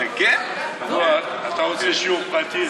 כן, אתה רוצה שיעור פרטי?